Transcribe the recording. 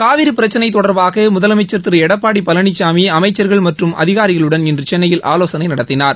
காவிரி பிரச்சினை தொடர்பாக முதலமைச்சர் திரு எடப்பாடி பழனிசாமி அமைச்சர்கள் மற்றும் அதிகாரிகளுடன் இன்று சென்னையில் ஆலோசனை நடத்தினார்